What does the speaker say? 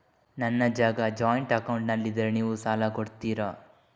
ನನ್ನ ಜಾಗ ಜಾಯಿಂಟ್ ಅಕೌಂಟ್ನಲ್ಲಿದ್ದರೆ ನೀವು ಸಾಲ ಕೊಡ್ತೀರಾ?